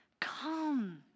Come